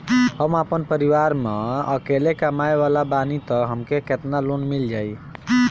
हम आपन परिवार म अकेले कमाए वाला बानीं त हमके केतना लोन मिल जाई?